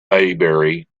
maybury